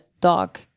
dog